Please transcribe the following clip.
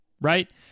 Right